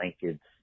blankets